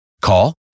Call